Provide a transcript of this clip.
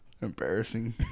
Embarrassing